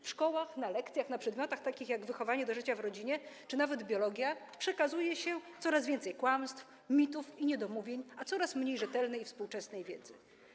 W szkołach na lekcjach, na przedmiotach takich jak wychowanie do życia w rodzinie czy nawet biologia przekazuje się coraz więcej kłamstw, mitów i niedomówień, a coraz mniej rzetelnej i współczesnej wiedzy.